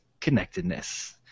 connectedness